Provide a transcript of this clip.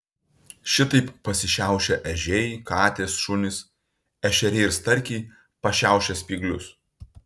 šitaip pasišiaušia ežiai katės šunys ešeriai ir starkiai pašiaušia spyglius